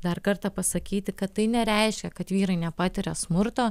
dar kartą pasakyti kad tai nereiškia kad vyrai nepatiria smurto